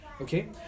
okay